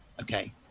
Okay